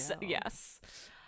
Yes